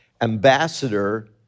ambassador